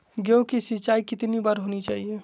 गेहु की सिंचाई कितनी बार होनी चाहिए?